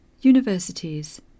Universities